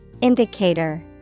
Indicator